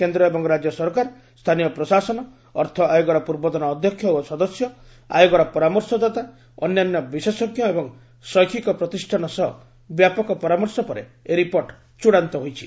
କେନ୍ଦ୍ର ଏବଂ ରାଜ୍ୟ ସରକାର ସ୍ଥାନୀୟ ପ୍ରଶାସନ ଅର୍ଥ ଆୟୋଗର ପୂର୍ବତନ ଅଧ୍ୟକ୍ଷ ଓ ସଦସ୍ୟ ଆୟୋଗର ପରାମର୍ଶଦାତା ଅନ୍ୟାନ୍ୟ ବିଶେଷଜ୍ଞ ଏବଂ ଶୈଖିକ ପ୍ରତିଷ୍ଠାନ ସହ ବ୍ୟାପକ ପରାମର୍ଶ ପରେ ଏହି ରିପୋର୍ଟ ଚୂଡାନ୍ତ ହୋଇଛି